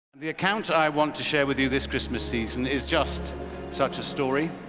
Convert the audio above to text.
the account i want to share with you this christmas season is just such a story.